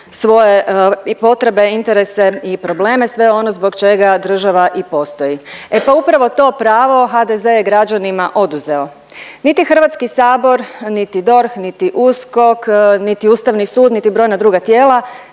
svoje i potrebe, interese i probleme, sve ono zbog čega država i postoji. E pa upravo to pravo HDZ je građanima oduzeo, niti HS, niti DORH, niti USKOK, niti Ustavni sud, niti brojna druga tijela